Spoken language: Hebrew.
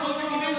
פה זה כנסת.